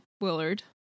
Willard